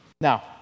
Now